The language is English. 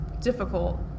difficult